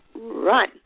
run